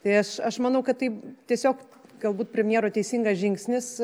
tai aš aš manau kad taip tiesiog galbūt premjero teisingas žingsnis